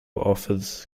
offers